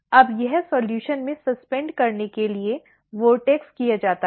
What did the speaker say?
अब यह सॉल्यूशन में सस्पेंड करने के लिए वॉर्टिक्स किया जाता है